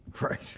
Right